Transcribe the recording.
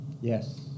yes